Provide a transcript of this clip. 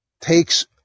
takes